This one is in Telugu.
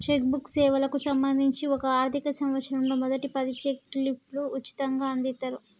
చెక్ బుక్ సేవలకు సంబంధించి ఒక ఆర్థిక సంవత్సరంలో మొదటి పది చెక్ లీఫ్లు ఉచితంగ అందిత్తరు